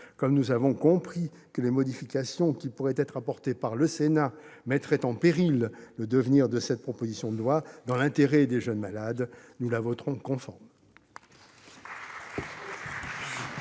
comme nous avons compris que les modifications qui pourraient être introduites par le Sénat mettraient en péril le devenir de cette proposition de loi, dans l'intérêt des jeunes malades, nous la voterons conforme.